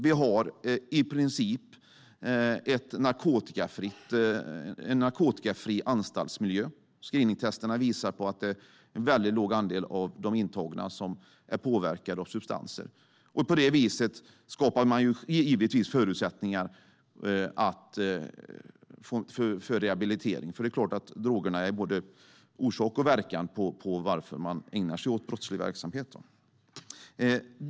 Vi har en i princip narkotikafri anstaltsmiljö. Screeningtesterna visar att det är en låg andel av de intagna som är påverkade av substanser. På det viset skapar man givetvis förutsättningar för rehabilitering, för drogerna är såklart både orsak och verkan när det gäller varför man ägnar sig åt brottslig verksamhet.